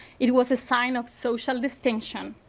it it was a sign of social distinction.